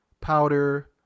powder